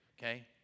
okay